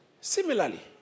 Similarly